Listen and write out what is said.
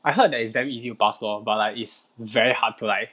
I heard that is damn easy to pass lor but like it's very hard to like